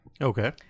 Okay